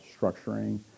structuring